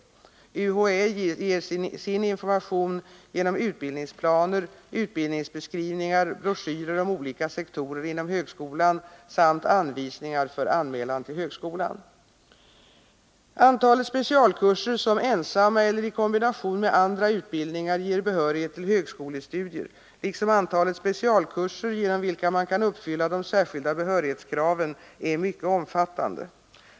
UHÄ ger sin information genom utbildningsplaner, utbildningsbeskrivningar, broschyrer om olika sektorer inom högskolan samt anvisningar för anmälan till högskolan. Antalet specialkurser som ensamma eller i kombination med andra utbildningar ger behörighet till högskolestudier liksom antalet specialkurser genom vilka man kan uppfylla de särskilda behörighetskraven är mycket omfattande.